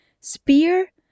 Spear